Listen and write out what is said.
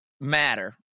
matter